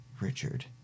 Richard